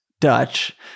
Dutch